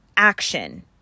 Action